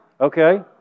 Okay